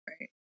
Right